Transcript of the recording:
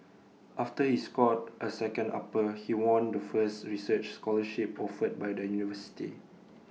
after he scored A second upper he won the first research scholarship offered by the university